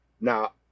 now